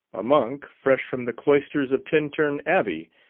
a monk fresh from the cloisters of tintern abbey,